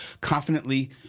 confidently